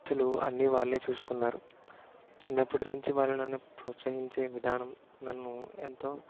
ఖర్చులు అన్నీ వాళ్ళే చూసుకున్నారు చిన్నప్పటినుంచి వాళ్ళు నన్ను ప్రోత్సహించే విధానం నన్ను ఎంతో